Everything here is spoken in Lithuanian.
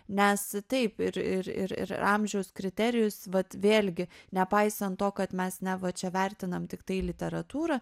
nes taip ir ir ir ir ir amžiaus kriterijus vat vėlgi nepaisant to kad mes neva čia vertinam tiktai literatūrą